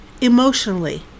emotionally